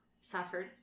Suffered